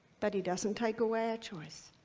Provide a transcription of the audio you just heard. but he doesn't take away our choice.